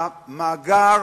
המאגר